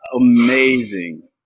amazing